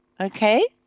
Okay